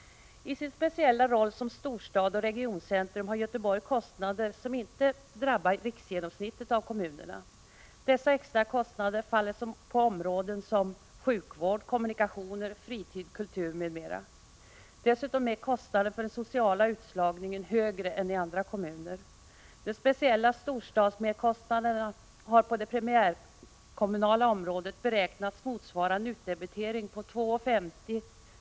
I sin speciella roll som storstad och regioncentrum har Göteborg kostnader som inte drabbar riksgenomsnittet av kommunerna. Dessa extra kostnader faller på områden som sjukvård, kommunikationer, fritid och kultur. Dessutom är kostnaden för social utslagning högre än i andra kommuner. De speciella storstadsmerkostnaderna har på det primärkommunala området beräknats motsvara en utdebitering på 2:50 kr.